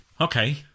Okay